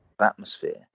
atmosphere